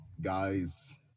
guys